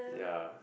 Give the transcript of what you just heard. yeah